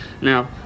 Now